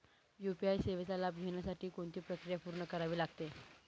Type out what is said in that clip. UPI सेवेचा लाभ घेण्यासाठी कोणती प्रक्रिया पूर्ण करावी लागते?